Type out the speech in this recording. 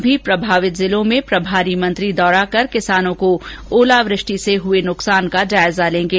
कल भी प्रभावित जिलों में प्रभारी मंत्री दौरा कर किसानों को ओलावृष्टि से हुए नुकसानक का जायजा लेंगे